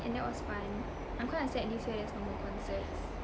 and that was fun I'm quite upset that this year there's no more concerts